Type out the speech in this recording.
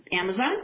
Amazon